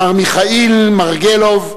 מר מיכאיל מרגלוב,